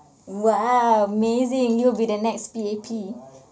!wow! amazing you'll be the next P_A_P